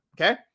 okay